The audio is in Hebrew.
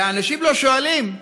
ואנשים לא שואלים,